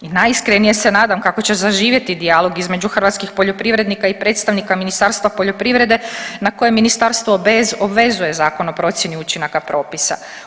I najiskrenije se nadam kako će zaživjeti dijalog između hrvatskih poljoprivrednika i predstavnika Ministarstva poljoprivreda na koje ministarstvo bez obvezuje Zakon o procjeni učinaka propisa.